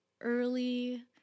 early